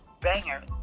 banger